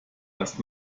das